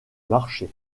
marché